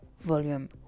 Volume